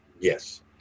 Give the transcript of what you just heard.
Yes